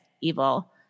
evil